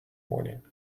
morning